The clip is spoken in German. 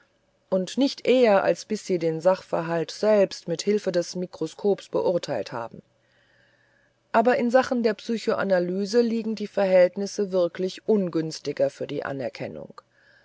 und nicht eher als bis sie den sachverhalt selbst mit hilfe des mikroskops beurteilt haben aber in sachen der psychoanalyse liegen die verhältnisse wirklich ungünstiger für die anerkennung